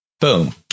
Boom